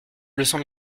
leçon